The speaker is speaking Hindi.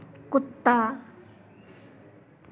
कुत्ता